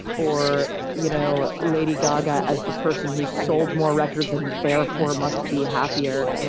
or you know lady gaga as the person who sold more records and, therefore, must be happier.